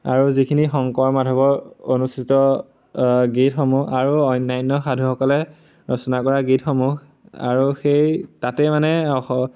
আৰু যিখিনি শংকৰ মাধৱৰ অনুষ্ঠিত গীতসমূহ আৰু অন্যান্য সাধুসকলে ৰচনা কৰা গীতসমূহ আৰু সেই তাতেই মানে